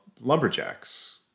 lumberjacks